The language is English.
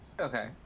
Okay